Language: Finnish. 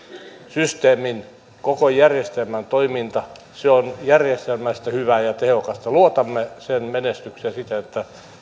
systeemin koko järjestelmän toiminta se on järjestelmällisesti hyvää ja tehokasta luotamme sen menestykseen siinä että